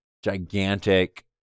Gigantic